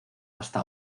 hasta